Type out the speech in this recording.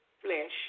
Flesh